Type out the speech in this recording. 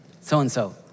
so-and-so